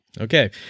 Okay